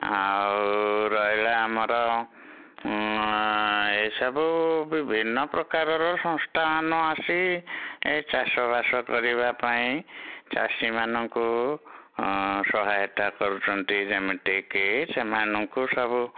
ଆଉ ରହିଲା ଆମର ଏ ସବୁ ବିଭିନ୍ନ ପ୍ରକାରର ସଂସ୍ଥା ମାନ ଆସଛି ଏ ଚାଷ ବାସ କରିବା ପାଇଁ ଚାଷୀମାନଙ୍କୁ ସହାୟତା କରୁଛନ୍ତି ଯେମିତିକି ସେମାନଙ୍କୁ ସବୁ